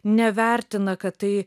nevertina kad tai